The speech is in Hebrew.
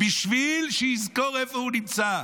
בשביל שיזכור איפה הוא נמצא.